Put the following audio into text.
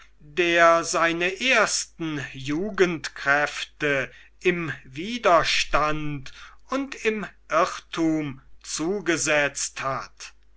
der seine ersten jugendkräfte im widerstand und im irrtum zugesetzt hat